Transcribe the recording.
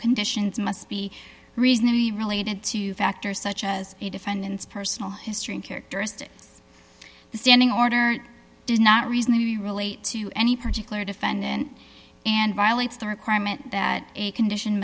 conditions must be reasonably related to factors such as a defendant's personal history and characteristics the standing order does not reason the relate to any particular defendant and violates the requirement that a condition